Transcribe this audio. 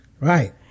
right